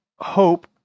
hope